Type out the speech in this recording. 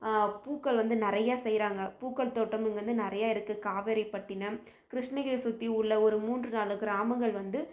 பூக்கள் வந்து நிறையா செய்கிறாங்க பூக்கள் தோட்டம் இங்கே வந்து நிறையா இருக்கு காவேரிப்பட்டினம் கிருஷ்ணகிரியை சுற்றி உள்ள ஒரு மூன்று நாலு கிராமங்கள் வந்து